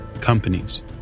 companies